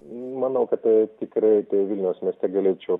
manau kad tai tikrai tai vilniaus mieste galėčiau